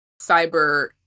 cyber